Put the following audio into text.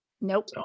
Nope